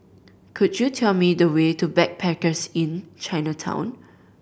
could you tell me the way to Backpackers Inn Chinatown